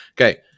Okay